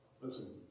Listen